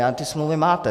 A ty smlouvy máte.